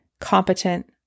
competent